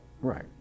right